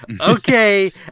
Okay